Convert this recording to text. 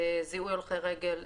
זיהוי הולכי רגל,